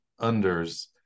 unders